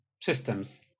systems